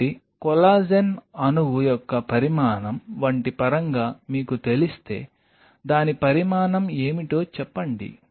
కాబట్టి కొల్లాజెన్ అణువు యొక్క పరిమాణం వంటి పరంగా మీకు తెలిస్తే దాని పరిమాణం ఏమిటో చెప్పండి